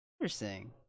Interesting